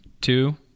two